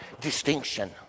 distinction